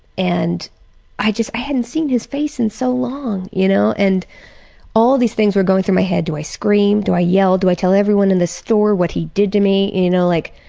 and i just i hadn't seen his face in so long, you know, and all these things were going through my head do i scream? do i yell? do i tell everyone in the store what he did to me? you know, like,